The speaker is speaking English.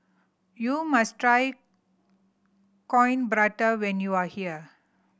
you must try Coin Prata when you are here